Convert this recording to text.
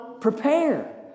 Prepare